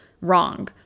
Wrong